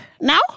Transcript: Now